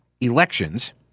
elections—